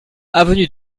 avenue